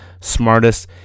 smartest